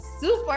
super